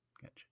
Gotcha